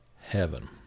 Heaven